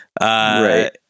Right